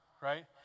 right